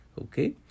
Okay